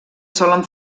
solen